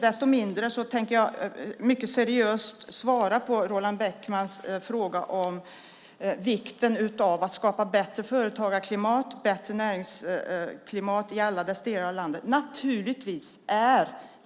Jag tänker ändå seriöst svara på Roland Bäckmans fråga om vikten av att skapa bättre företagarklimat och bättre näringsklimat i alla delar av landet.